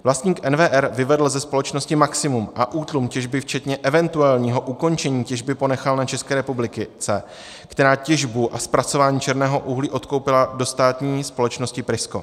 Vlastník NWR vyvedl ze společnosti maximum a útlum těžby včetně eventuálního ukončení těžby ponechal na České republice, která těžbu a zpracování černého uhlí odkoupila do státní společnosti PRISKO.